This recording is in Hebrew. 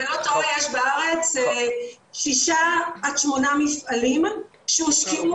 יש בארץ שישה עד שמונה מפעלים שהושקעו